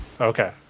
Okay